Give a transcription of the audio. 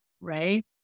right